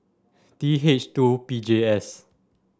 T H two P J S